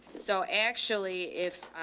so actually if